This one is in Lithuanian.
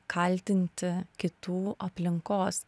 kaltinti kitų aplinkos